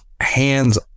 hands